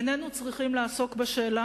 איננו צריכים לעסוק בשאלה,